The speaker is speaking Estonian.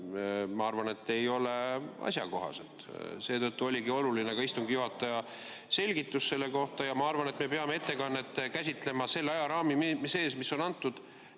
ma arvan, ei ole asjakohane. Seetõttu oligi oluline ka istungi juhataja selgitus selle kohta. Ma arvan, et me peame ettekannet käsitlema selle ajaraami sees, mis on antud